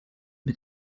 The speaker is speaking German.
mit